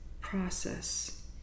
process